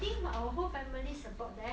I think our whole family support that